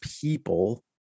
people